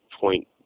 point